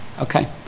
Okay